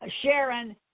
Sharon